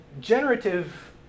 generative